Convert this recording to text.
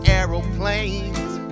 aeroplanes